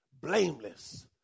Blameless